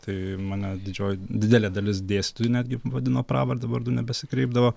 tai mane didžioji didelė dalis dėstytojų netgi vadino pravarde vardu nebesikreipdavo